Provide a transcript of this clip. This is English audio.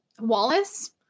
Wallace